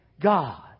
God